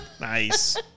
Nice